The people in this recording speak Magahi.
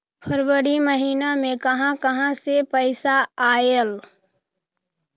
फरवरी महिना मे कहा कहा से पैसा आएल?